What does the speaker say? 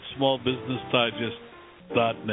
smallbusinessdigest.net